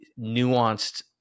nuanced